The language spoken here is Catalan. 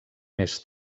més